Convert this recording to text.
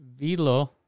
Vilo